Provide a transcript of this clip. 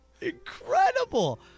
Incredible